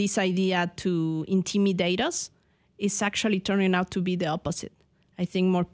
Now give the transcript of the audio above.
this idea to intimidate us is actually turning out to be the opposite i think more